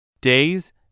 Days